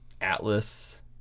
Atlas